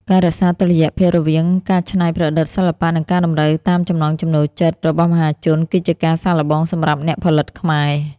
ការរក្សាតុល្យភាពរវាងការច្នៃប្រឌិតសិល្បៈ និងការតម្រូវតាមចំណង់ចំណូលចិត្តរបស់មហាជន គឺជាការសាកល្បងសម្រាប់អ្នកផលិតខ្មែរ។